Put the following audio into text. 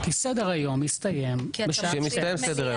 כי סדר היום מסתיים בשעה 12. כשמסתיים סדר היום.